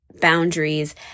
boundaries